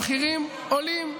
המחירים עולים.